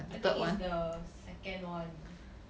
I think is the second one